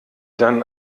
dann